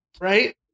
Right